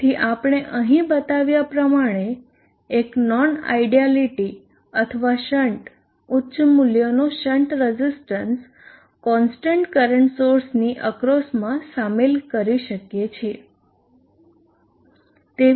તેથી આપણે અહીં બતાવ્યા પ્રમાણે એક નોન આયડયાલીટી અથવા શન્ટ ઉચ્ચ મૂલ્યનો શન્ટ રઝીસ્ટન્સ કોન્સ્ટન્ટ કરંટ સોર્સની અક્રોસમાં સામેલ કરી શકીએ છીએ